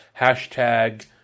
Hashtag